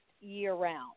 year-round